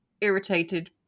irritated